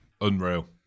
Unreal